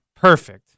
Perfect